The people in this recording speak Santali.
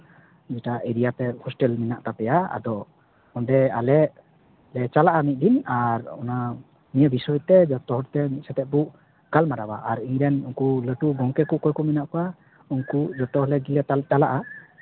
ᱡᱮᱴᱟ ᱮᱨᱤᱭᱟᱛᱮ ᱦᱳᱥᱴᱮᱞ ᱢᱮᱱᱟᱜ ᱛᱟᱯᱮᱭᱟ ᱟᱫᱚ ᱚᱸᱰᱮ ᱟᱞᱮ ᱞᱮ ᱪᱟᱞᱟᱜᱼᱟ ᱢᱤᱫ ᱫᱤᱱ ᱟᱨ ᱚᱱᱟ ᱱᱤᱭᱟᱹ ᱵᱤᱥᱚᱭ ᱛᱮ ᱡᱚᱛᱚ ᱦᱚᱲ ᱛᱮ ᱢᱤᱫ ᱥᱟᱶᱛᱮ ᱵᱚ ᱜᱟᱞᱢᱟᱨᱟᱣᱟ ᱟᱨ ᱤᱧ ᱨᱮᱱ ᱩᱝᱠᱩ ᱞᱟᱹᱴᱩ ᱜᱚᱝᱠᱮ ᱠᱚ ᱚᱠᱚᱭ ᱠᱚ ᱢᱮᱱᱟᱜ ᱠᱚᱣᱟ ᱩᱝᱠᱩ ᱡᱚᱛᱚ ᱦᱚᱲ ᱜᱮᱞᱮ ᱪᱟᱞᱟᱜᱼᱟ